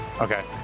Okay